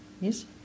yes